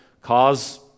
cause